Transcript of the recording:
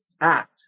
act